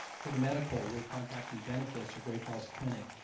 for the medical, we're contacting benefis or great falls clinic.